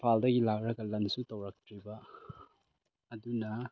ꯏꯝꯐꯥꯜꯗꯒꯤ ꯂꯥꯛꯂꯒ ꯂꯟꯁꯁꯨ ꯇꯧꯔꯛꯇ꯭ꯔꯤꯕ ꯑꯗꯨꯅ